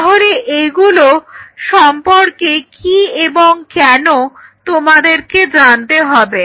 তাহলে এগুলো সম্পর্কে কি এবং কেন তোমাদেরকে জানতে হবে